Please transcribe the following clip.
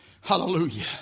Hallelujah